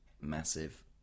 massive